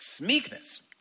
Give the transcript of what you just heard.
Meekness